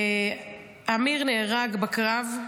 אמיר נהרג בקרב,